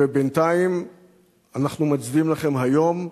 ובינתיים אנחנו מצדיעים לכם היום,